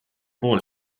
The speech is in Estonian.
pool